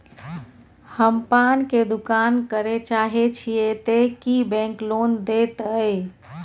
हम पान के दुकान करे चाहे छिये ते की बैंक लोन देतै?